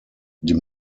die